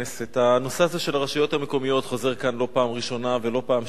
הנושא הזה של הרשויות המקומיות חוזר כאן לא פעם ראשונה ולא פעם שנייה.